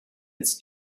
its